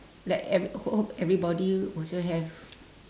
like every home everybody also have